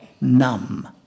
numb